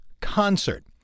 concert